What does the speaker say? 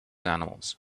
animals